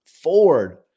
Ford